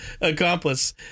accomplice